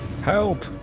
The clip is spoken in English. Help